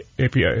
API